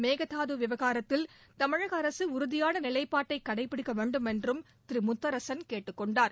மேகதாது விவகாரத்தில் தமிழக அரசு உறுதியான நிலைப்பாட்டை கடைபிடிக்க வேண்டும் என்றும் திரு முத்தரசன் கேட்டுக் கொண்டார்